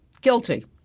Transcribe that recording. Guilty